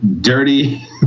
dirty